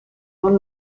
all